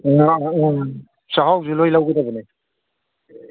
ꯆꯍꯥꯎꯁꯨ ꯂꯣꯏꯅ ꯂꯧꯒꯗꯕꯅꯦ